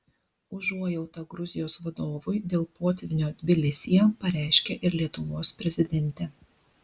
užuojautą gruzijos vadovui dėl potvynio tbilisyje pareiškė ir lietuvos prezidentė